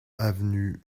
avenue